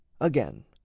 again